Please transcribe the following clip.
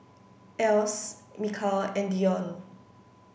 Else Mikal and Dionne